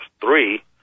three